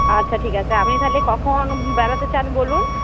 আচ্ছা ঠিক আছে আপনি তাহলে কখন বেড়াতে চান বলুন